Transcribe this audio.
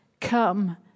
come